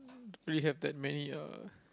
really have that many uh